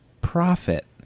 Profit